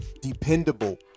dependable